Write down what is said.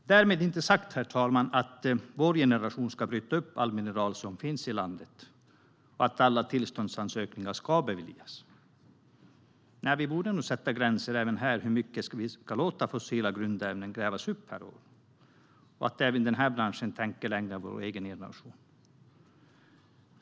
Herr talman! Därmed är det inte sagt att vår generation ska bryta upp allt mineral som finns i landet och att alla tillståndsansökningar ska beviljas. Nej, vi borde nog sätta gränser även här när det gäller hur mycket fossila grundämnen vi ska tillåta grävs upp per år, så att även denna bransch tänker längre än vår egen generation.